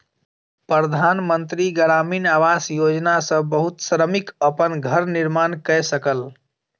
प्रधान मंत्री ग्रामीण आवास योजना सॅ बहुत श्रमिक अपन घर निर्माण कय सकल